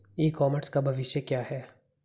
ई commerce का भविष्य क्या है?